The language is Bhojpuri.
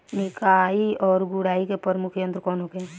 निकाई और गुड़ाई के प्रमुख यंत्र कौन होखे?